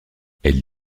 elle